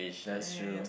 that's true